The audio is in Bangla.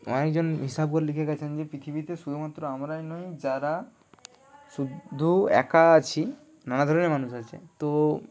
অনেকজন ইসাবও লিখে গেছেন যে পৃথিবীতে শুধুমাত্র আমারই নই যারা শুধু একা আছি নানা ধরনের মানুষ আছে তো